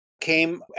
came